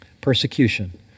Persecution